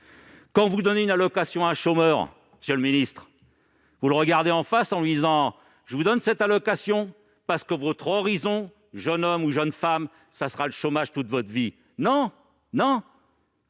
Quand vous donnez une allocation à un chômeur, est-ce que vous lui dites, en le regardant en face :« Je vous donne cette allocation, parce que votre horizon, jeune homme, ou jeune femme, ce sera le chômage toute votre vie »? Non !